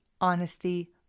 honesty